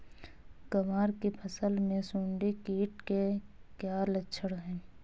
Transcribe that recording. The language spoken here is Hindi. ग्वार की फसल में सुंडी कीट के क्या लक्षण है?